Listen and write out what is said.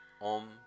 Om